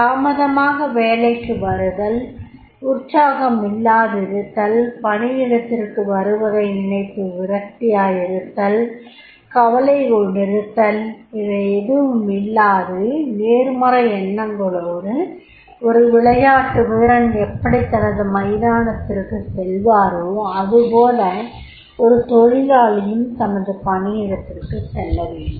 தாமதமாக வேலைக்கு வருதல் உற்சாகமில்லாதிருத்தல் பணியிடத்திற்கு வருவதை நினைத்து விரக்தியாயிருத்தல் கவலை கொண்டிருத்தல் இவை எதுவுமில்லாது நேர்மறை எண்ணங்களோடு ஒரு விளையாட்டு வீரன் எப்படி தனது மைதானத்திற்கு செல்வாரோ அதுபோல ஒரு தொழிலாளியும் தனது பணியிடத்திற்குச் செல்லவேண்டும்